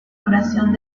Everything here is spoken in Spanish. duración